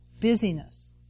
busyness